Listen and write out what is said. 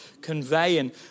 conveying